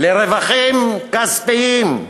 לרווחים כספיים,